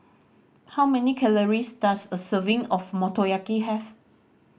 how many calories does a serving of Motoyaki have